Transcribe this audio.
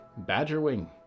badgerwing